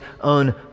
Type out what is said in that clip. own